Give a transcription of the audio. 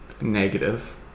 negative